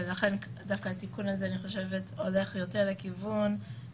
ולכן אני חושבת שדווקא התיקון הזה הולך לכיוון שהציבור